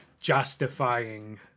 justifying